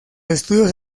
estudios